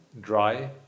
dry